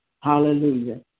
hallelujah